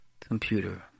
computer